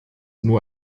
nur